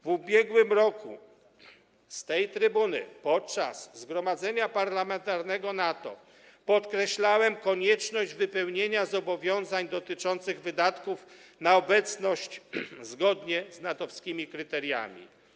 W ubiegłym roku z tej trybuny podczas Zgromadzenia Parlamentarnego NATO podkreślałem konieczność wypełnienia zobowiązań dotyczących wydatków na obecność, zgodnie z natowskimi kryteriami.